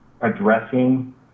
addressing